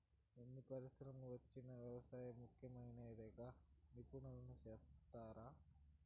ఎన్ని పరిశ్రమలు వచ్చినా వ్యవసాయం ముఖ్యమైనదిగా నిపుణులు సెప్తారు